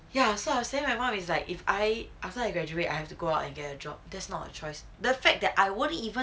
ya so I was saying my mom is like if I after I graduate I have to go out and get a job that's not a choice the fact that I wouldn't even